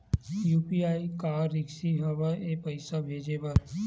UPI का risky हंव ए पईसा भेजे बर?